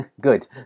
good